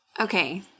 Okay